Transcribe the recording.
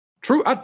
True